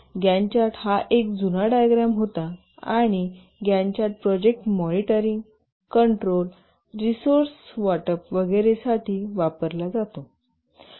Gantt chart हा एक जुना डायग्राम होता आणि Gantt chart project monitoring control resource वाटप वगैरेसाठी वापरला जातो